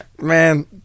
man